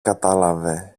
κατάλαβε